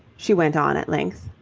she went on at length.